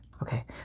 Okay